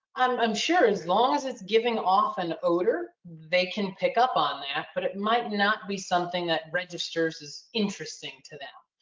um i'm sure as long as it's giving off an odor, they can pick up on that. but it might not be something that registers as interesting to them.